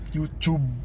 YouTube